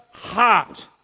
heart